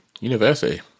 University